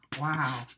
Wow